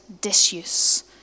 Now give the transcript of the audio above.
disuse